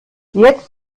jetzt